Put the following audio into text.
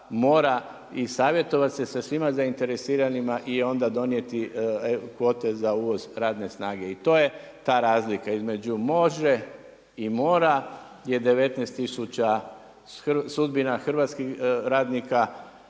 i savjetovati se sa svima zainteresiranima i onda donijeti kvote za uvoz radne snage. I to je ta razlika između može i mora je 19 tisuća sudbina hrvatskih radnika,